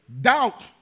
Doubt